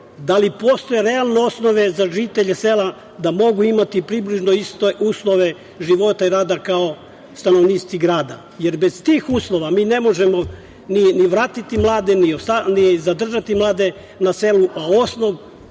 Da li postoje realne osnove za žitelje sela da mogu imati približno iste uslove života i rada kao stanovnici grada? Bez tih uslova mi ne možemo ni vratiti mlade ni zadržati mlade na selu, a osnov